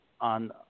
on